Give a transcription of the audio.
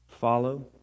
Follow